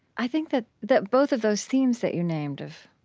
i think that that both of those themes that you named, of